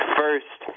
first